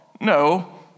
No